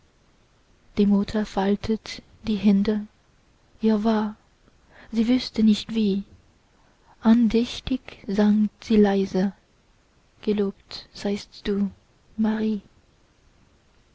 die mutter faltet die hände ihr war sie wußte nicht wie andächtig sang sie leise gelobt seist du marie